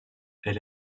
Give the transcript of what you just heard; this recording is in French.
elle